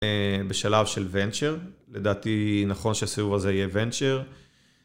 בשלב של ונצ'ר, לדעתי נכון שהסיבוב הזה יהיה ונצ'ר.